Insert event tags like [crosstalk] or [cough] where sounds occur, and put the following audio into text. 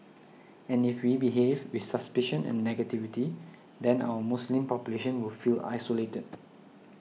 and if we behave with suspicion [noise] and negativity then our Muslim population will feel isolated